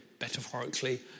metaphorically